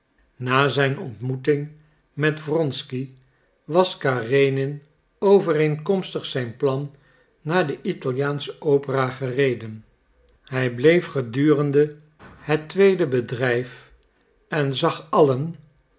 na zijn ontmoeting met wronsky was karenin overeenkomstig zijn plan naar de italiaansche opera gereden hij bleef gedurende het tweede bedrijf en zag allen